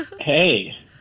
hey